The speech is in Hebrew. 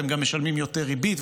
אתם גם משלמים יותר ריבית,